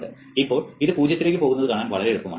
ഇപ്പോൾ ഇത് പൂജ്യത്തിലേക്ക് പോകുന്നത് കാണാൻ വളരെ എളുപ്പമാണ്